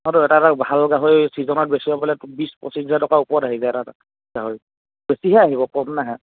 অঁতো এটা এটা ভাল গাহৰি ছিজনত বেছিব পাৰিলে বিছ পঁচিছ হাজাৰ টকাৰ ওপৰত আহি যায় এটা এটা গাহৰি বেছিহে আহিব কম নাহে